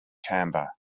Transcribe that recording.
timbre